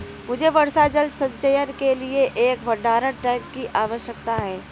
मुझे वर्षा जल संचयन के लिए एक भंडारण टैंक की आवश्यकता है